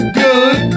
good